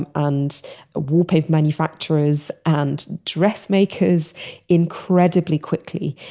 and and ah wallpaper manufacturers, and dressmakers incredibly quickly.